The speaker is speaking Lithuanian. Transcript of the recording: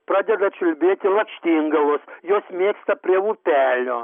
pradeda čiulbėti lakštingalos jos mėgsta prie upelio